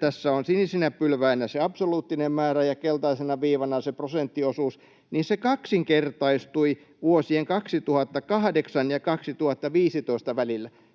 tässä on sinisinä pylväinä se absoluuttinen määrä ja keltaisena viivana se prosenttiosuus — kaksinkertaistui vuosien 2008 ja 2015 välillä.